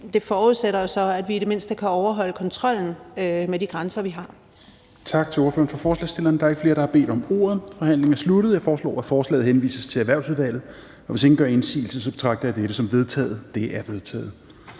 så forudsætter, at vi i det mindste kan overholde kontrollen med de grænser, vi har.